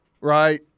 right